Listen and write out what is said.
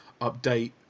update